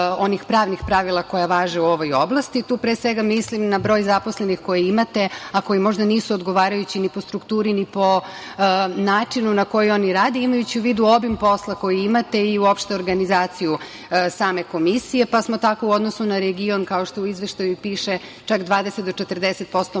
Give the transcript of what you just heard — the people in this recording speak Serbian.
onih pravnih pravila koja važe u ovoj oblasti. Tu, pre svega, mislim na broj zaposlenih koji imate, a koji možda nisu odgovarajući ni po strukturi ni po načinu na koji oni rade, imajući u vidu obim posla koji imate i uopšte organizaciju same Komisije, pa tako u odnosu na region, kao što u Izveštaju piše, čak 20 do 40%